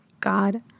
God